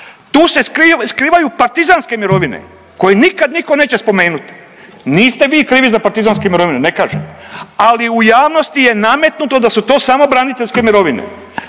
Tu se skrivaju partizanske mirovine koje nikad nitko neće spomenuti. Niste vi krivi za partizanske mirovine ne kažem, ali u javnosti je nametnuto da su to samo braniteljske mirovine.